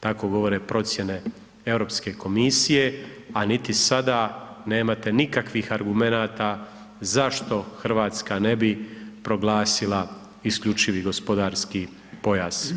tako govore procjene Europske komisije, a niti sada nemate nikakvih argumenata zašto Hrvatska ne bi proglasila isključivi gospodarski pojas.